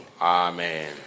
Amen